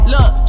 Look